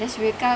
mm